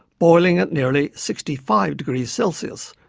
boiling at nearly sixty five degrees celsius,